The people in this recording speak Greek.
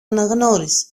αναγνώρισε